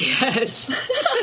Yes